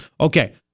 Okay